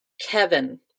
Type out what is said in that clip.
kevin